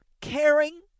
caring